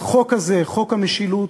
החוק הזה, חוק המשילות,